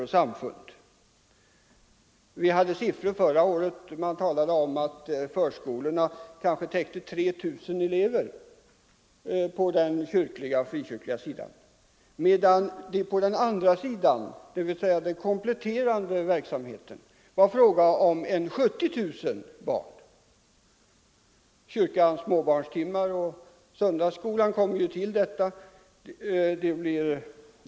Förra året redovisades siffror som visade att de kyrkliga och frikyrkliga förskolorna omfattade ungefär 3 000 elever, medan det på den andra sidan, alltså när det gäller den kompletterande verksamheten, bl.a. kyrkans småbarnstimmar, fanns ungefär 70 000 barn. Söndagsskolan tillkommer.